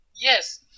yes